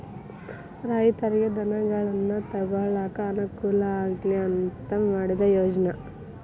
ರೈತರಿಗೆ ಧನಗಳನ್ನಾ ತೊಗೊಳಾಕ ಅನಕೂಲ ಆಗ್ಲಿ ಅಂತಾ ಮಾಡಿದ ಯೋಜ್ನಾ